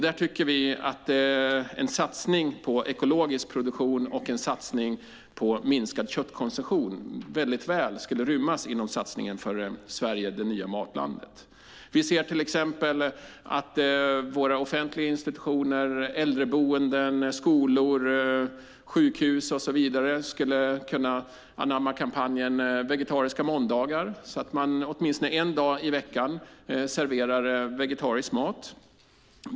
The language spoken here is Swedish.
Vi tycker att en satsning på ekologisk produktion och en satsning på minskad köttkonsumtion skulle rymmas väl inom satsningen Sverige - det nya matlandet. Till exempel skulle våra offentliga institutioner, äldreboenden, skolor, sjukhus och så vidare kunna anamma kampanjen för vegetariska måndagar, så att de åtminstone en dag i veckan serverar vegetarisk mat.